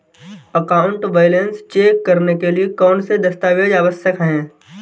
Account balance check करने के लिए कौनसे दस्तावेज़ आवश्यक हैं?